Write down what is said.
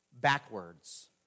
Backwards